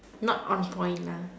not on point nah